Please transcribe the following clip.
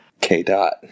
K-Dot